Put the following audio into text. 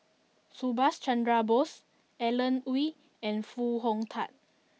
Subhas Chandra Bose Alan Oei and Foo Hong Tatt